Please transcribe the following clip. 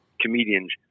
comedians